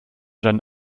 deinen